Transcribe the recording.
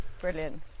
brilliant